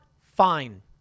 Fine